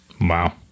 Wow